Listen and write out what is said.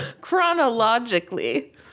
chronologically